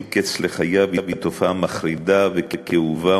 קץ לחייו היא תופעה מחרידה וכאובה,